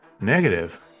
Negative